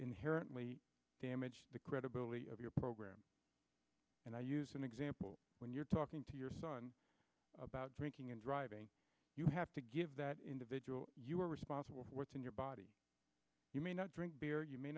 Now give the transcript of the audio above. inherently damage the credibility of your program and i use an example when you're talking to your son about drinking and driving you have to give that individual you are responsible for what's in your body you may not drink beer you may